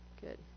Good